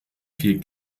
viel